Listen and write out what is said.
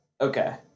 Okay